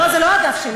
לא, זה לא האגף שלי.